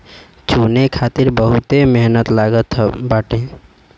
चुने खातिर बहुते मेहनत लागत बाटे